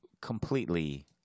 completely